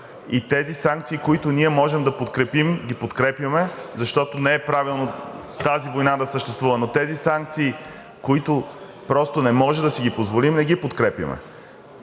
и тези санкции, които ние можем да подкрепим, ги подкрепяме, защото не е правилно тази война да съществува, но тези санкции, които просто не можем да си ги позволим – не ги подкрепяме.